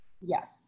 Yes